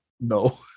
No